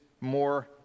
more